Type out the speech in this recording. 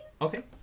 Okay